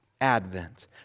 advent